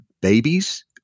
babies